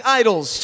idols